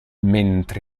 mentre